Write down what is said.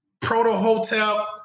proto-hotel